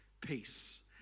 peace